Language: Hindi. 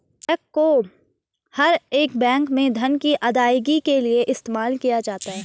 चेक को हर एक बैंक में धन की अदायगी के लिये इस्तेमाल किया जाता है